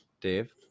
Dave